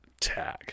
tag